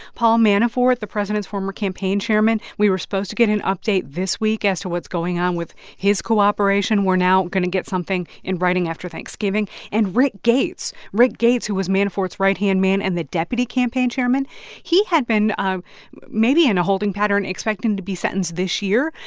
paul manafort, the president's former campaign chairman we were supposed to get an update this week as to what's going on with his cooperation. we're now going to get something in writing after thanksgiving and rick gates rick gates, who was manafort's right-hand man and the deputy campaign chairman he had been um maybe in a holding pattern, expecting to be sentenced this year.